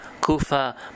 Kufa